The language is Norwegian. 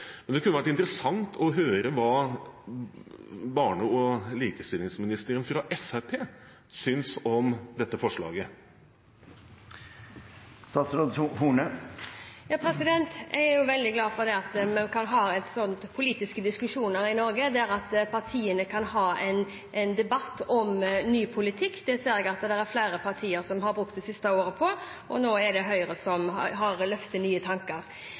høre hva barne- og likestillingsministeren fra Fremskrittspartiet synes om dette forslaget. Jeg er veldig glad for at vi kan ha politiske diskusjoner i Norge der partiene kan ha en debatt om ny politikk. Det ser jeg at det er flere partier som har brukt det siste året på, og nå er det Høyre som har løftet nye tanker.